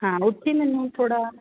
ਹਾਂ ਉੱਥੇ ਮੈਨੂੰ ਥੋੜ੍ਹਾ